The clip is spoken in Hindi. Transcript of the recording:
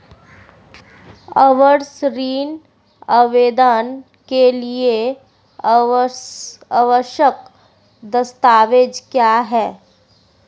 आवास ऋण आवेदन के लिए आवश्यक दस्तावेज़ क्या हैं?